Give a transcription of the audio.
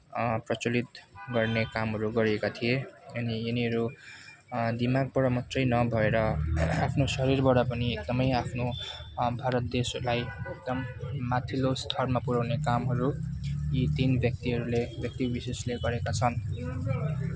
प्रचलित गर्ने कामहरू गरेका थिए अनि यिनीहरू दिमागबाट मात्रै नभएर आफ्नो शरीरबाट पनि एकदमै आफ्नो भारत देशलाई एकदम माथिल्लो स्तरमा पुऱ्याउने कामहरू यी तिन व्यक्तिहरूले व्यक्ति विशेषले गरेका छन्